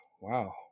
Wow